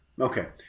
Okay